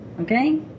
Okay